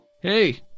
hey